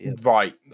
right